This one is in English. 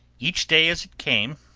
each day as it came,